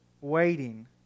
waiting